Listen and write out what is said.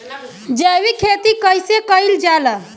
जैविक खेती कईसे कईल जाला?